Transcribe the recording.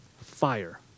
fire